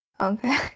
Okay